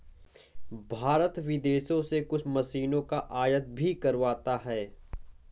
भारत विदेशों से कुछ मशीनों का आयात भी करवाता हैं